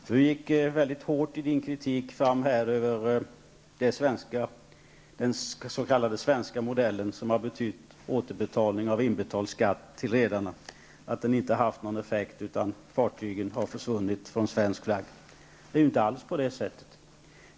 Tom Heyman gick hårt fram i kritiken av den s.k. svenska modellen, som har betytt återbetalning av inbetald skatt till redarna. Den skulle inte ha haft någon effekt, utan bara inneburit att fartygen har förlorat svensk flagg. Det är inte på det sättet.